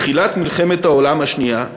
תחילת מלחמת העולם השנייה,